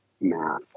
math